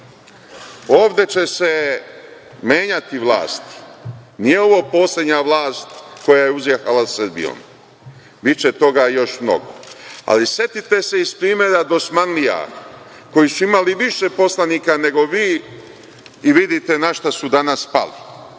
će se menjati vlast. Nije ovo poslednja vlast koja je uzjahala Srbijom, biće toga još mnogo. Ali, setite se iz primera dosmanlija, koji su imali više poslanika nego vi i vidite na šta su danas spali.